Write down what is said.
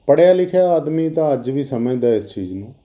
ਪੜ੍ਹਿਆ ਲਿਖਿਆ ਆਦਮੀ ਤਾਂ ਅੱਜ ਵੀ ਸਮਝਦਾ ਇਸ ਚੀਜ਼ ਨੂੰ